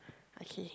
okay